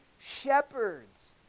shepherds